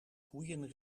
koeien